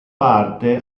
parte